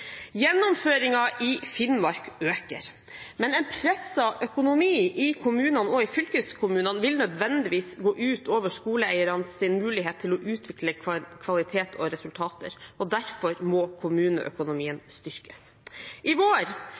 i Finnmark øker. Men en presset økonomi i kommunene og i fylkeskommunene vil nødvendigvis gå ut over skoleeiernes mulighet til å utvikle kvalitet og resultater. Derfor må kommuneøkonomien styrkes. I vår